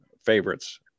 favorites